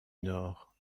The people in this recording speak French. nord